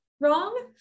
wrong